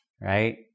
right